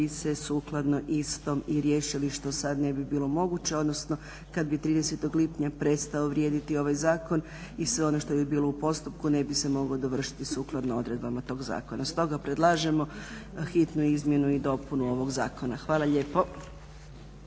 se sukladno istom riješili što sad ne bi bilo moguće, odnosno kad bi 30. lipnja prestao vrijediti ovaj zakon i sve ono što bi bilo u postupku ne bi se moglo dovršiti sukladno odredbama tog zakona. Stoga predlažemo hitnu izmjenu i dopunu ovog zakona. Hvala lijepo.